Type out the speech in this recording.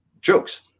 jokes